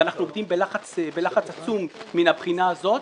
ואנחנו עומדים בלחץ עצום מהבחינה הזאת,